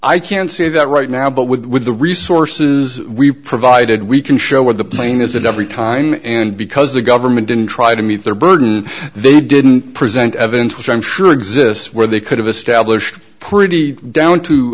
i can't see that right now but with the resources we provided we can show where the plane is that every time and because the government didn't try to meet their burden they didn't present evidence which i'm sure exists where they could have established pretty down to